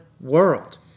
world